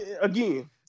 again